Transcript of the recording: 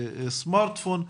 סמרטפון,